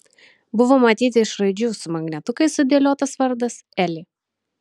buvo matyti iš raidžių su magnetukais sudėliotas vardas elė